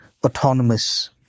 Autonomous